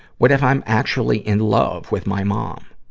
what if i'm actually in love with my mom?